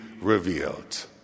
revealed